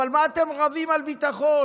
אבל מה אתם רבים על ביטחון?